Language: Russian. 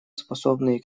способный